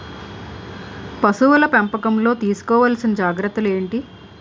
పశువుల పెంపకంలో తీసుకోవల్సిన జాగ్రత్తలు ఏంటి?